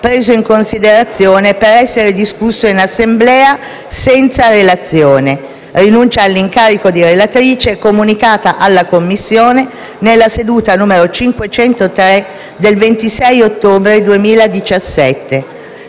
preso in considerazione per essere discusso in Assemblea senza relazione (la rinuncia all'incarico di relatrice è stata comunicata alla Commissione nella seduta n. 503 del 26 ottobre 2017).